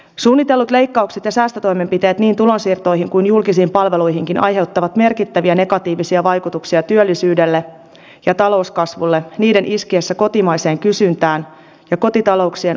suunnitellut leikkaukset ja säästötoimenpiteet niin tulonsiirtoihin kuin julkisiin palveluihinkin aiheuttavat merkittäviä negatiivisia vaikutuksia työllisyyteen ja talouskasvuun niiden iskiessä kotimaiseen kysyntään ja kotitalouksien ostovoimaan